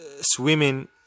swimming